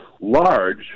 large